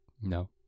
No